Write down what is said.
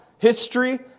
History